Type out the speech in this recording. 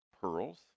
pearls